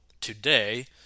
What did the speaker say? today